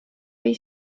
või